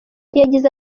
yagize